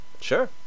Sure